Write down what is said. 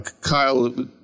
Kyle